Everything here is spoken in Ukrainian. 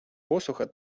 посуха